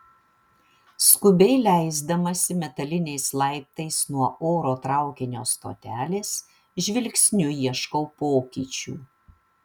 skubiai leisdamasi metaliniais laiptais nuo oro traukinio stotelės žvilgsniu ieškau pokyčių